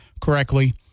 correctly